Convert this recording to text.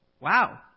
Wow